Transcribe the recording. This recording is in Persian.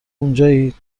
اونجایید